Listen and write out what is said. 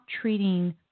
treating